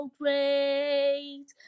great